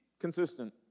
consistent